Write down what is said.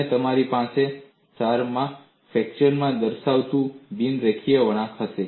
અને તમારી પાસે સારમાં ફ્રેક્ચર દર્શાવતું બિન રેખીય વળાંક હશે